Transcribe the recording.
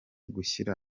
gushyira